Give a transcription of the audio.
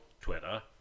Twitter